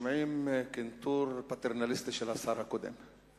ושומעים קנטור פטרנליסטי של השר הקודם.